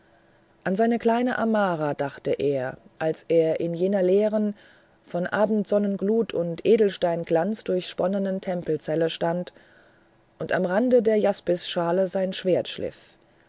an seine kleine amara dachte er als er in jener leeren von abendsonnenglut und edelsteinglanz durchsponnenen tempelzelle stand und am rande der jaspisschale sein schwert schliff